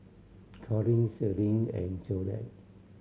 Corine Celine and Jolette